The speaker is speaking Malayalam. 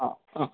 അ ആ